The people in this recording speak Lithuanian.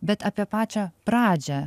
bet apie pačią pradžią